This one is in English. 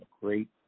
great